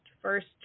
first